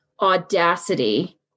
audacity